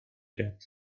got